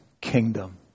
kingdom